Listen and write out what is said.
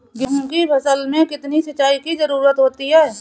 गेहूँ की फसल में कितनी सिंचाई की जरूरत होती है?